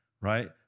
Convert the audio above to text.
right